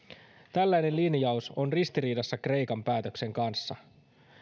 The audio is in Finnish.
tällainen linjaus on ristiriidassa kreikan päätöksen kanssa